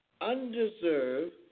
undeserved